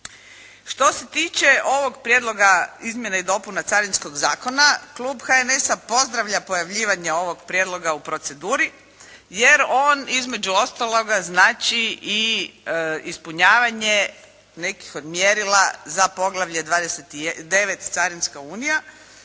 Što se tiče ovog prijedloga izmjena i dopuna Carinskog zakona, klub HNS-a pozdravlja pojavljivanje ovog prijedloga u proceduri, jer on, između ostaloga, znači i ispunjavanje nekih od mjerila za poglavlje 29.-Carinska unija.